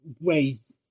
ways